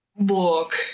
look